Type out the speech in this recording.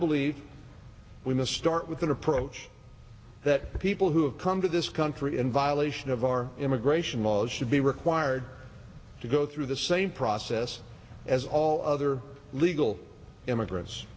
believe we must start with an approach that people who have come to this country in violation of our immigration laws should be required to go through the same process as all other legal immigrants